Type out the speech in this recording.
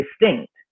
Distinct